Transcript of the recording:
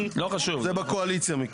זה בקואליציה מכירים.